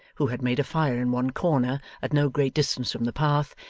who had made a fire in one corner at no great distance from the path,